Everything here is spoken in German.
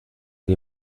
die